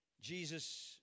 Jesus